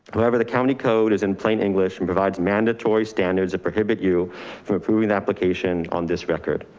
wherever the county code is in plain english and provides mandatory standards that prohibit you from approving the application on this record,